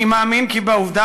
אני מאמין כי בעובדה